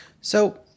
So-